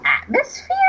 atmosphere